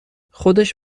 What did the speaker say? خودش